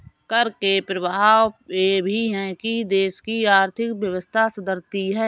कर के प्रभाव यह भी है कि देश की आर्थिक व्यवस्था सुधरती है